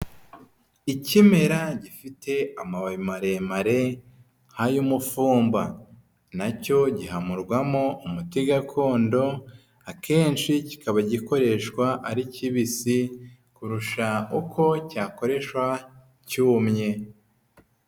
Ikimera gifite amababi maremare nk'ay'umufumba, nacyo gihamurwamo umuti gakondo, akenshi kikaba gikoreshwa ari kibisi kurusha uko cyakoreshwa cyumye.